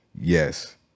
yes